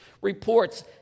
reports